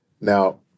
Now